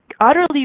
utterly